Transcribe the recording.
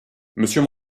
monsieur